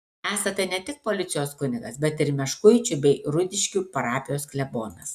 esate ne tik policijos kunigas bet ir meškuičių bei rudiškių parapijos klebonas